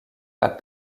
pas